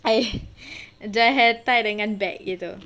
I jual hair tie dengan bag begitu